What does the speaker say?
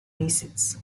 acids